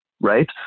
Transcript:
right